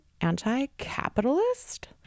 anti-capitalist